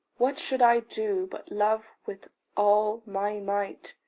what should i do but love with all my might?